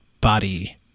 body